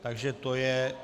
Takže to je ...